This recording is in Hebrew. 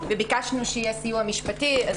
וביקשנו שיהיה סיוע משפטי.